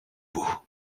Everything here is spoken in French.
bout